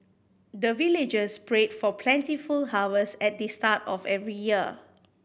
the villagers pray for plentiful harvest at the start of every year